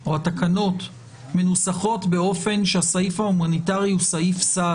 או התקנות מנוסחות באופן שהסעיף ההומניטרי הוא סעיף סל,